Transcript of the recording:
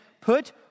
put